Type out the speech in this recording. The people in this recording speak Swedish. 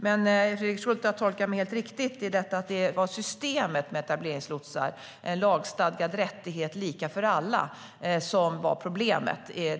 Men Fredrik Schulte har tolkat mig helt riktigt när det gäller att det var systemet med etableringslotsar, en lagstadgad rättighet lika för alla, som var problemet.